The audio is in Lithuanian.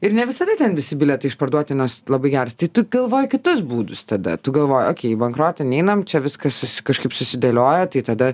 ir ne visada ten visi bilietai išparduoti nors labai geras tai tu galvoji kitus būdus tada tu galvoji okei į bankrotą neinam čia viskas kažkaip susidėlioja tai tada